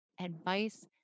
advice